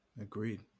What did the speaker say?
Agreed